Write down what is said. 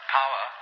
power